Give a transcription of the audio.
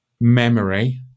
memory